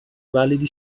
validi